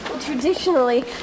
Traditionally